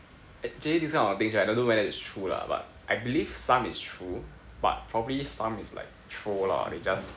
actually this kind of things right don't know whether is true lah but I believe some is true but probably some is like troll lah they just